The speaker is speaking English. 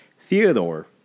Theodore